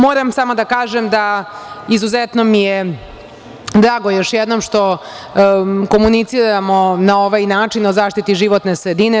Moram samo da kažem da mi je izuzetno drago još jednom što komuniciramo na ovaj način o zaštiti životne sredine.